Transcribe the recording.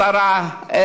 לשרה,